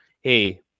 Hey